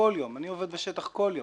אני עובד בשטח כל יום.